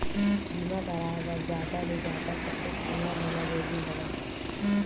बीमा कराय बर जादा ले जादा कतेक उमर होना जरूरी हवय?